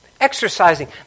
Exercising